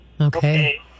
Okay